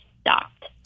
stopped